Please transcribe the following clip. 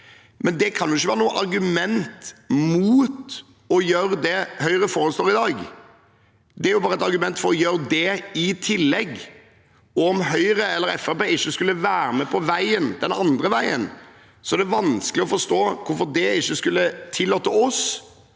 i. Det kan likevel ikke være noe argument mot å gjøre det Høyre foreslår i dag, det er bare et argument for å gjøre det i tillegg. Om Høyre eller Fremskrittspartiet ikke skulle være med på veien den andre veien, er det vanskelig å forstå hvorfor det ikke skulle tillate oss